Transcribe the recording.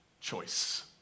Choice